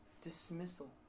dismissal